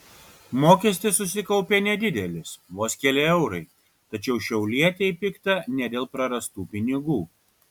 mokestis susikaupė nedidelis vos keli eurai tačiau šiaulietei pikta ne dėl prarastų pinigų